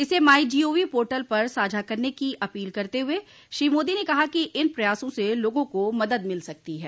इसे my gov portal पर साझा करने की अपील करते हुए श्री मोदी ने कहा कि इन प्रयासों से लोगों को मदद मिल सकती है